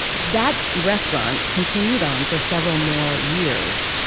that restaurant continued on for several more years.